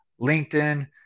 LinkedIn